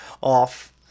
off